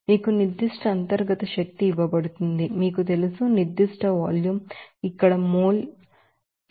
మీకు specific internal energy ఇవ్వబడుతుంది మీకు తెలుసు నిర్దిష్ట వాల్యూం ఇక్కడ మోల్ యుగానికి 24